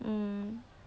hmm